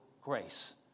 grace